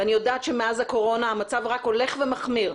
ואני יודעת שמאז הקורונה המצב רק הולך ומחמיר.